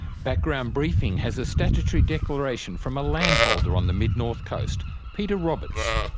background briefing has a statutory declaration from a landowner on the mid-north coast, peter roberts.